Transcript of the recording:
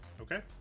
Okay